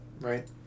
right